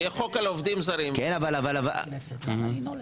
כשיהיה חוק על עובדים זרים --- חבר הכנסת אלקין,